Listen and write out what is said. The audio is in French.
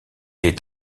est